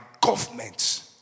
government